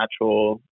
natural